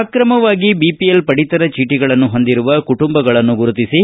ಆಕ್ರಮವಾಗಿ ಬಿಪಿಎಲ್ ಪಡಿತರ ಚೀಟಗಳನ್ನು ಹೊಂದಿರುವ ಕುಟುಂಬಗಳನ್ನು ಗುರುತಿಬಿ